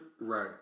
Right